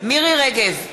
מירי רגב,